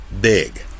big